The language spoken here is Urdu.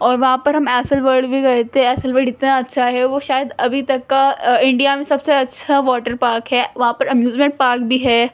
اور وہاں پر ہم ایسل ورلڈ بھی گئے تھے ایسل ورلڈ اتنا اچھا ہے وہ شاید ابھی تک کا انڈیا میں سب سے اچھا واٹر پارک ہے وہاں پر امیوزمینٹ پارک بھی ہے